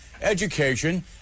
education